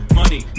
money